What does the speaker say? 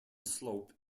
slope